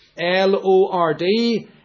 L-O-R-D